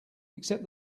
except